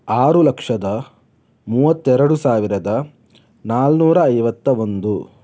ಆರು ಲಕ್ಷದ ಮೂವತ್ತೆರಡು ಸಾವಿರದ ನಾನೂರ ಐವತ್ತ ಒಂದು